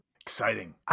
Exciting